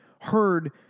heard